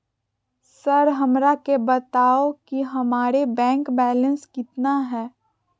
Sir हमरा के बताओ कि हमारे बैंक बैलेंस कितना है?